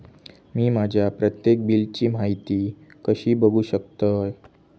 मी माझ्या प्रत्येक बिलची माहिती कशी बघू शकतय?